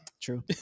True